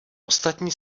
ostatní